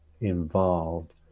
involved